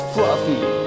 Fluffy